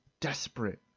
desperate